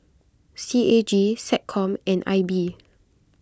C A G SecCom and I B